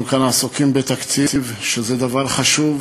אנחנו גם עסוקים בתקציב, וזה דבר חשוב.